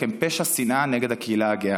הם פשע שנאה נגד הקהילה הגאה.